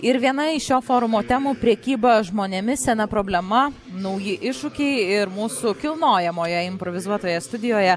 ir viena iš šio forumo temų prekyba žmonėmis sena problema nauji iššūkiai ir mūsų kilnojamoje improvizuotoje studijoje